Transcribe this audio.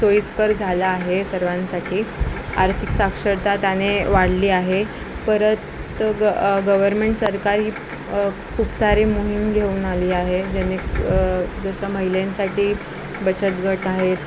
सोयीस्कर झालं आहे सर्वांसाठी आर्थिक साक्षरता त्याने वाढली आहे परत ग गवर्नमेंट सरकार ही खूप सारे मोहीम घेऊन आली आहे जेने जसं महिलांसाठी बचत गट आहेत